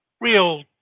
real